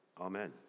amen